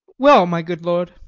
well, my good lord,